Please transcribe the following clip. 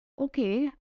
Okay